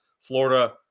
Florida